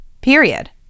period